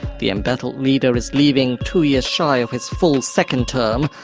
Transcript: the embattled leader is leaving two years shy of his full second term,